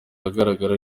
ahagaragara